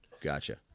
gotcha